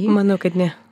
manau kad ne